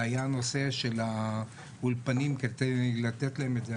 זה היה הנושא של האולפנים כדי לתת את זה.